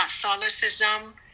Catholicism